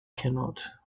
cannot